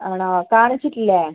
ആണോ കാണിച്ചിട്ടില്ലേ